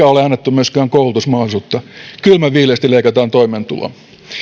ole annettu myöskään koulutusmahdollisuutta kylmän viileästi leikataan toimeentuloa